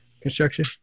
construction